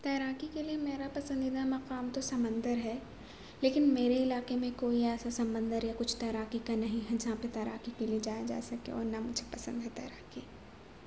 تیراکی کے لیے میرا پسندیدہ مقام تو سمندر ہے لیکن میرے علاقے میں کوئی ایسا سمندر یا کچھ تیراکی کا نہیں ہے جہاں تیراکی کے لیے جایا جا سکے اور نہ مجھے پسند ہے تیراکی